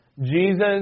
Jesus